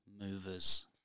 movers